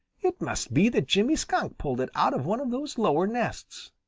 it must be that jimmy skunk pulled it out of one of those lower nests.